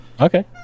Okay